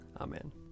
Amen